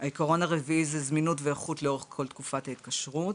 העיקרון הרביעי זה זמינות ואיכות לאורך כל תקופת ההתקשרות.